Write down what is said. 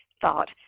thought